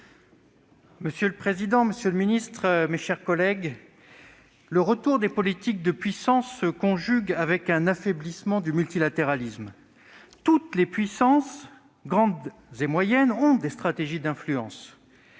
Monsieur le président, monsieur le ministre, mes chers collègues, le retour des politiques de puissance se conjugue avec un affaiblissement du multilatéralisme. Toutes les puissances, grandes et moyennes, ont des stratégies d'influence.